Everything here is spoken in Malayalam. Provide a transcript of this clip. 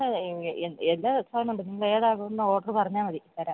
എല്ലാ സാധനവുമുണ്ട് നിങ്ങളേതാണ് വേണ്ടതെന്ന് ഒര്ഡര് പറഞ്ഞാല് മതി തരാം